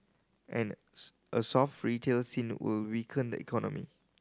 and a soft retail scene will weaken the economy